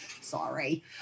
Sorry